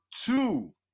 two